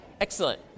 excellent